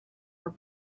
her